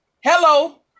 Hello